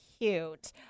cute